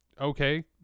Okay